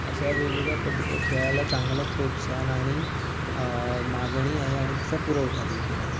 अशा वेगवेगळ्या पद्धतीने खेळाला चांगलं प्रोत्साहन आणि मागणी आहे आणि जसा पुरवठा देखील आहे